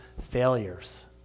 failures